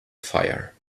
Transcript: fire